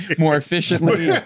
more efficiently. yeah